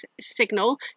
signal